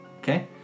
Okay